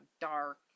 dark